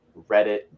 Reddit